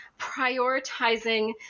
prioritizing